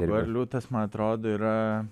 dabar liūtas man atrodo yra